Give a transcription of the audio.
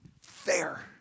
fair